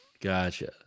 Gotcha